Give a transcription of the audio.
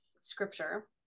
scripture